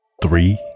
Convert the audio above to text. Three